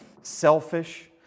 selfish